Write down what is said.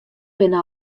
binne